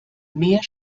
mehr